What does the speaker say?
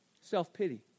self-pity